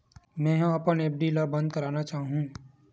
मेंहा अपन एफ.डी ला बंद करना चाहहु